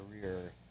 career